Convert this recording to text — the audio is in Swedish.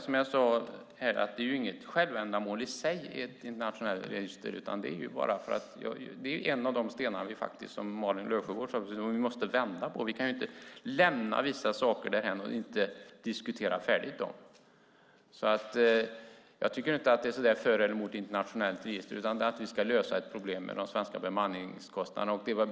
Som jag sade är ett internationellt register inget självändamål, utan det är en av de stenar som vi, som Malin Löfsjögård också sade, faktiskt måste vända på. Vi kan inte lämna vissa saker därhän och inte diskutera dem färdigt. Jag tycker alltså inte att det handlar om att vara för eller emot ett internationellt register utan om att vi ska lösa ett problem med de svenska bemanningskostnaderna.